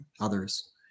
others